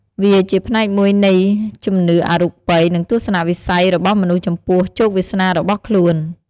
វាជាផ្នែកមួយនៃជំនឿអរូបី និងទស្សនៈវិស័យរបស់មនុស្សចំពោះជោគវាសនារបស់ខ្លួន។